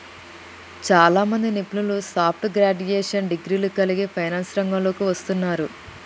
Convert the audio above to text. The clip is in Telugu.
చాలామంది నిపుణులు సాఫ్ట్ గ్రాడ్యుయేషన్ డిగ్రీలను కలిగి ఫైనాన్స్ రంగంలోకి వస్తున్నారు